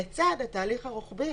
לצד התהליך הרוחבי